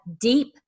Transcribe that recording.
deep